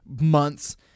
months